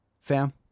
fam